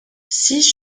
six